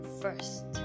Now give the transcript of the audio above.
first